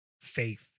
faith